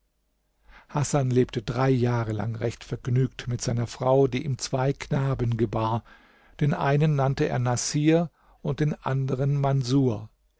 hasan lebte drei jahre lang recht vergnügt mit seiner frau die ihm zwei knaben gebar den einen nannte er naßir und den anderen manßur